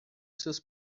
seus